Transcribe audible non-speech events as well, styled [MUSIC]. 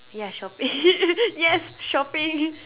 yeah shopping [LAUGHS] yes shopping